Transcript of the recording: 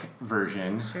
version